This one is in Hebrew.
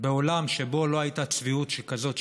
בעולם שבו לא הייתה חוגגת צביעות שכזאת,